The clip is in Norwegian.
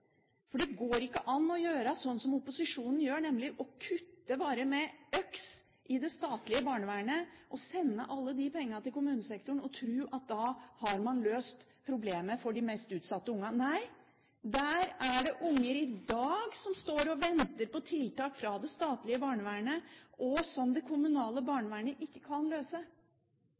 for det går ikke an å gjøre som opposisjonen gjør, nemlig å kutte med øks i det statlige barnevernet, sende alle de pengene til kommunesektoren og tro at man har løst problemet for de mest utsatte ungene. Nei, der er det unger i dag som står og venter på tiltak fra det statlige barnevernet, med problemer som det kommunale barnevernet ikke kan løse.